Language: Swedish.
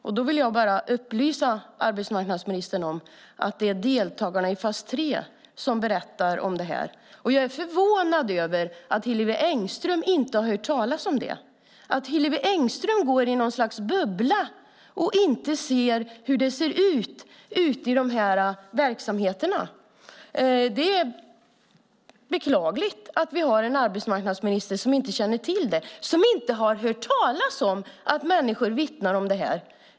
Jag vill bara upplysa arbetsmarknadsministern om att det är deltagarna i fas 3 som berättar om det. Jag är förvånad över att Hillevi Engström inte har hört talas om det, att Hillevi Engström går i något slags bubbla och inte ser hur det ser ut i de här verksamheterna. Det är beklagligt att vi har en arbetsmarknadsminister som inte känner till det, som inte har hört talas om att människor vittnar om det här.